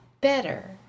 better